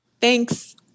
Thanks